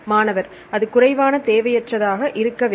மாணவர் அது குறைவான தேவையற்றதாக இருக்க வேண்டும்